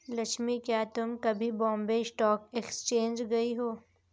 लक्ष्मी, क्या तुम कभी बॉम्बे स्टॉक एक्सचेंज गई हो?